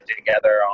together